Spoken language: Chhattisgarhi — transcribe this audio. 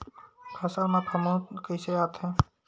फसल मा फफूंद कइसे आथे?